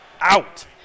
out